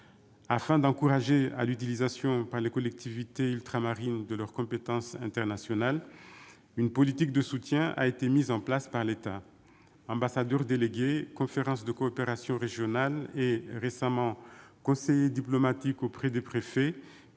Afin d'encourager l'utilisation par les collectivités ultramarines de leurs compétences internationales, une politique de soutien a été mise en place par l'État : ambassadeurs délégués, conférences de coopérations régionales et, récemment, conseillers diplomatiques auprès des préfets